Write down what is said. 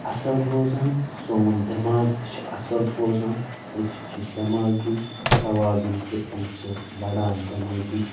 اصل روزان سون دیٚماغ تہِ چھُ اصل روزان أچھ چھِ دیٚماغی توازُن تہِ امہِ سۭتۍ بڑان دیٚمٲغی